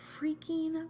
freaking